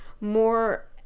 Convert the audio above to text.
more